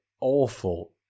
awful